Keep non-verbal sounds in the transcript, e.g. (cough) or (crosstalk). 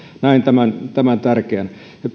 näen tämän tämän tärkeänä ja (unintelligible)